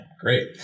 Great